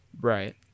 right